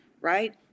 right